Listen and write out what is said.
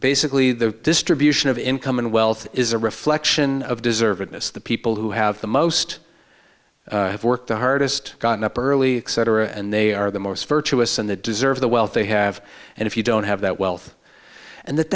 basically the distribution of income and wealth is a reflection of deservedness the people who have the most work the hardest gotten up early cetera and they are the most virtuous and the deserve the wealth they have and if you don't have that wealth and that